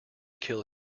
kill